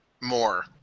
more